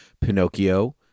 Pinocchio